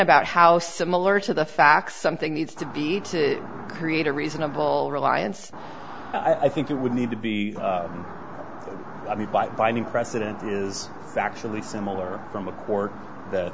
about how similar to the facts something needs to be to create a reasonable reliance i think you would need to be i mean by binding precedent is actually similar from a court that